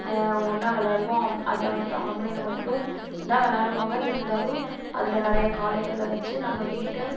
ஒன்றா விளையாடுவோம் அதில் வந்து ஆம்பளைங்கள் மட்டும் தான் விளையாடுவாங்க இருந்தாலும் அதில் நிறையா காளைகளெலாம் வைச்சு நம்ம வீட்டு